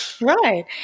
right